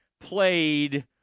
played